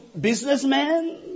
businessman